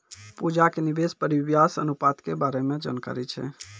पूजा के निवेश परिव्यास अनुपात के बारे मे जानकारी छै